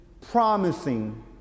promising